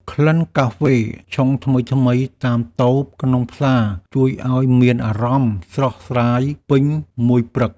ក្លិនកាហ្វេឆុងថ្មីៗតាមតូបក្នុងផ្សារជួយឱ្យមានអារម្មណ៍ស្រស់ស្រាយពេញមួយព្រឹក។